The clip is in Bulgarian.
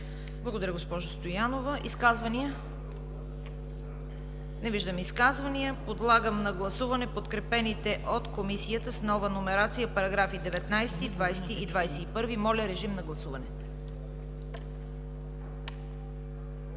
Благодаря, госпожо Стоянова. Изказвания? Не виждам изказвания. Подлагам на гласуване подкрепените от Комисията с нова номерация параграфи 19, 20 и 21. Гласували